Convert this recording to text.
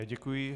Děkuji.